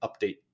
update